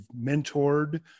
mentored